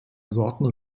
sorten